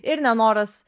ir nenoras